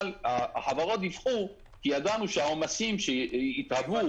אבל החברות דיווחו כי ידענו שהעומסים שיתהוו